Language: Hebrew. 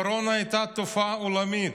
הקורונה הייתה תופעה עולמית,